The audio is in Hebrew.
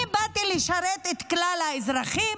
אני באתי לשרת את כלל האזרחים,